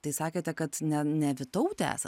tai sakėte kad ne ne vytautė esat